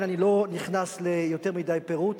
אני לא נכנס ליותר מדי פירוט,